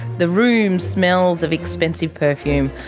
the room smells of expensive perfume.